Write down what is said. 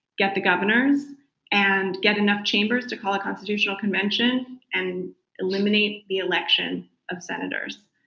get the governor's and get enough chambers to call a constitutional convention and eliminate the election of senators.